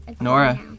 Nora